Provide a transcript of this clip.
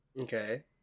Okay